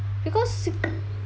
because